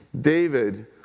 David